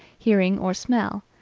hearing or smell,